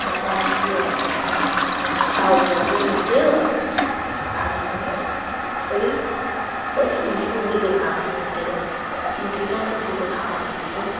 माबा नुदो मा होन्नानै बुङो दाउरायबो नुदो आरो ओरै बासि जिबौ गोदोर मासे नुदो जो खिन्थु जोंखौ जेबो खालामाखै बियो